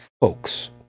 folks